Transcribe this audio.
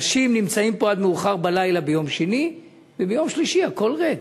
אנשים נמצאים פה עד מאוחר בלילה ביום שני וביום שלישי הכול ריק.